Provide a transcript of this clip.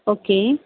okay